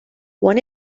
one